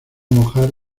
mojar